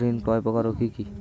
ঋণ কয় প্রকার ও কি কি?